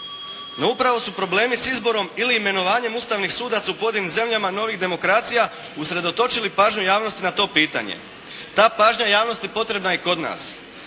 no upravo su problemi sa izborom ili imenovanjem ustavnih sudaca u pojedinim zemljama novih demokracija usredotočili pažnju javnosti na to pitanje. Ta pažnja javnosti potrebna je i kod nas.